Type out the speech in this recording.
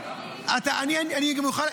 מי ישלם?